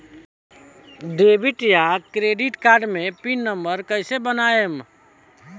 Debit या credit card मे PIN number कैसे बनाएम?